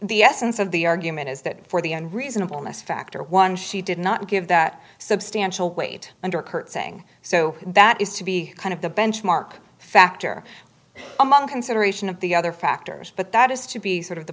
the essence of the argument is that for the on reasonable ness factor one she did not give that substantial weight under curtseying so that is to be kind of the benchmark factor among consideration of the other factors but that is to be sort of the